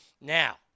Now